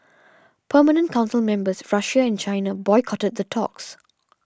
permanent council members Russia and China boycotted the talks